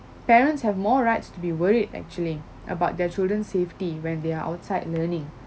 parents have more rights to be worried actually about their children's safety when they are outside learning